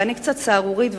ואני קצת סהרורית,